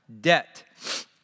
debt